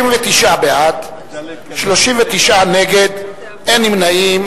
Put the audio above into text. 69 בעד, 39 נגד, אין נמנעים.